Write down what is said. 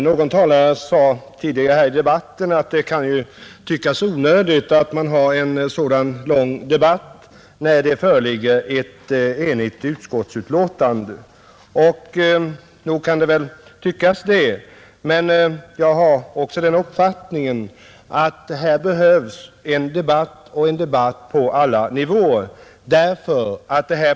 Herr talman! Någon talare sade att det kan synas onödigt att ha en så lång debatt när utskottets betänkande är enhälligt. Jag har dock den uppfattningen att här behövs en debatt på alla nivåer.